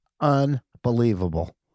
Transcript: Unbelievable